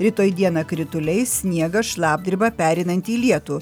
rytoj dieną krituliai sniegas šlapdriba pereinanti į lietų